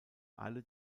alle